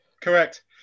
Correct